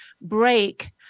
break